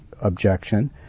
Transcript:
objection